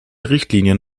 richtlinien